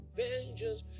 vengeance